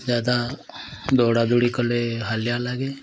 ଯାଦା ଦୌଡ଼ାଦୌଡ଼ି କଲେ ହାଲିଆ ଲାଗେ